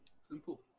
Simple